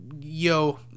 Yo